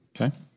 Okay